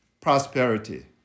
prosperity